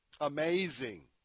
amazing